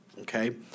okay